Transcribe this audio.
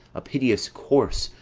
a piteous corse,